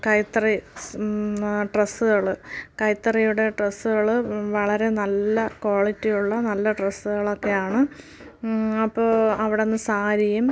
കൈത്തറി ഡ്രസ്സുകൾ കൈത്തറിയുടെ ഡ്രസ്സുകൾ വളരെ നല്ല കോളിറ്റി ഉള്ള നല്ല ഡ്രസ്സുകളൊക്കെയാണ് അപ്പോൾ അവിടെനിന്ന് സാരിയും